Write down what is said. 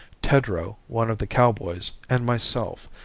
tedrow, one of the cowboys, and myself,